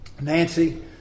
Nancy